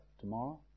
tomorrow